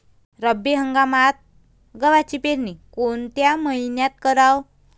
रब्बी हंगामात गव्हाची पेरनी कोनत्या मईन्यात कराव?